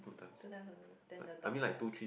two times only then the dog starts